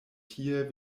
tie